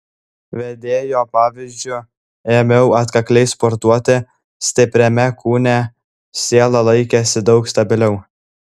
vedėjo pavyzdžiu ėmiau atkakliai sportuoti stipriame kūne siela laikėsi daug stabiliau